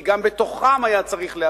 כי גם בתוכן היה צריך לעשות.